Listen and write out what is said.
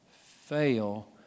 fail